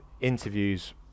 interviews